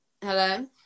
Hello